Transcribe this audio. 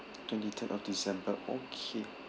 twenty third of december okay